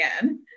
again